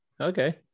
okay